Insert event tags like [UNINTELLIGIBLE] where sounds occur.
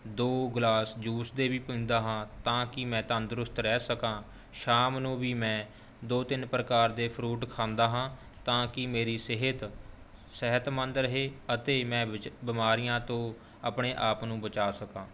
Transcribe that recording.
ਦੋ glass juice ਦੇ ਵੀ ਪੀਂਦਾ ਹਾਂ ਤਾਂ ਕਿ ਮੈਂ ਤੰਦਰੁਸਤ ਰਹਿ ਸਕਾਂ ਸ਼ਾਮ ਨੂੰ ਵੀ ਮੈਂ ਦੋ ਤਿੰਨ ਪ੍ਰਕਾਰ ਦੇ ਫਰੂਟ ਖਾਂਦਾ ਹਾਂ ਤਾਂ ਕਿ ਮੇਰੀ ਸਿਹਤ ਸਿਹਤਮੰਦ ਰਹੇ ਅਤੇ ਮੈਂ [UNINTELLIGIBLE] ਬਿਮਾਰੀਆਂ ਤੋਂ ਆਪਣੇ ਆਪ ਨੂੰ ਬਚਾ ਸਕਾਂ